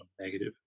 negative